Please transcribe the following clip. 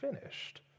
finished